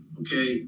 okay